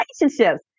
relationships